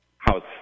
House